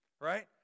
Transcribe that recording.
right